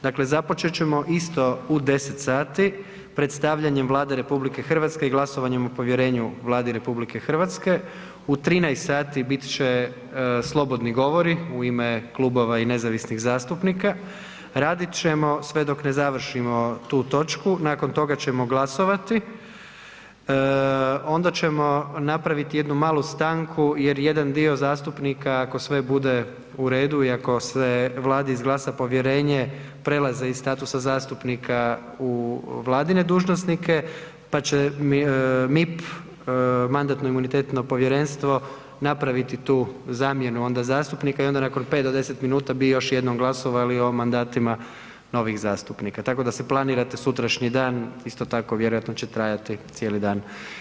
Dakle, započet ćemo isto u 10 sati predstavljanjem Vlade RH i glasovanjem o povjerenju Vladi RH, u 13 sati bit će slobodni govori u ime klubova i nezavisnih zastupnika, radit ćemo sve dok ne završimo tu točku, nakon toga ćemo glasovati, onda ćemo napraviti jednu malu stanku jer jedan dio zastupnika, ako sve bude u redu i ako se vladi izglasa povjerenje, prelaze iz statusa zastupnika u vladine dužnosnike, pa će MIP, Mandatno-imunitetno povjerenstvo napraviti tu zamjenu onda zastupnika i onda nakon 5 do 10 minuta bi još jednom glasovali o mandatima novih zastupnika, tako da si planirate sutrašnji dan isto tako vjerojatno će trajati cijeli dan.